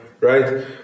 right